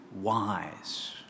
wise